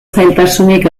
zailtasunik